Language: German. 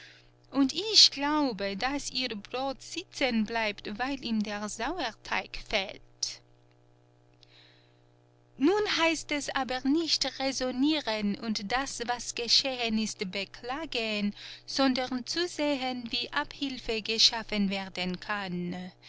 und ich glaube daß ihr brot sitzen bleibt weil ihm der sauerteig fehlt nun heißt es aber nicht räsonieren und das was geschehen ist beklagen sondern zusehen wie abhilfe geschaffen werden kann